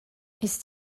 ist